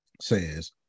says